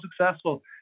successful